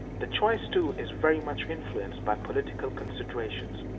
the choice, too, is very much influenced by political considerations,